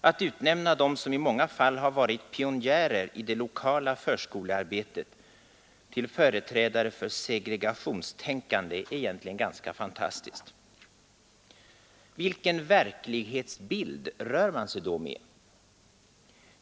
Att utnämna dem som i många fall varit pionjärer i det lokala förskolearbetet till företrädare för segregationstänkande är egentligen ganska fantastiskt. Vilken verklighetsbild rör man sig då med?